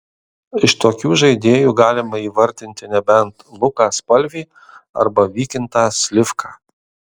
iš tokių žaidėjų galima įvardinti nebent luką spalvį arba vykintą slivką